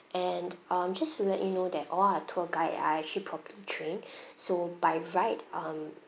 and um just to let you know that all our tour guide are actually properly trained so by right um